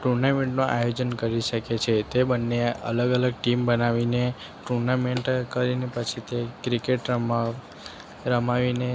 ટુર્નામેન્ટનું આયોજન કરી શકે છે તે બંને અલગ અલગ ટીમ બનાવીને ટુર્નામેન્ટ કરીને પછી જે ક્રિકેટ રમવા રમાડીને